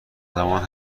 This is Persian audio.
زمان